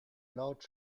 laut